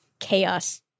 chaos